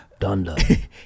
Dunda